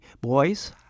boys